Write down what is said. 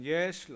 Yes